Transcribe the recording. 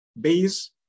base